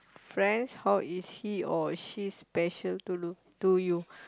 friends how is he or she special to you to you